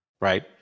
right